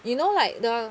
you know like the